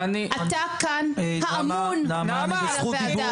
אתה כאן האמון -- נעמה אני בזכות דיבור